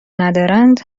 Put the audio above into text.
ندارند